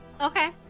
Okay